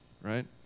right